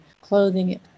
clothing